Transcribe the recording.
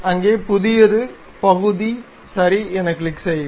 அங்கே புதியது பகுதி சரி என கிளிக் செய்க